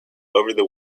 over